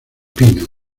pino